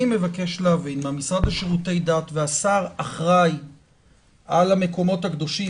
אני מבקש להבין מהמשרד לשירותי הדת והשר האחראי על המקומות הקדושים,